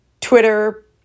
Twitter